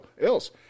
else